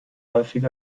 häufig